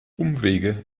umwege